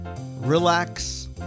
relax